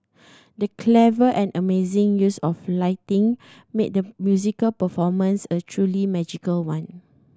the clever and amazing use of lighting made the musical performance a truly magical one